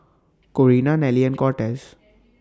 Corina Nelly and Cortez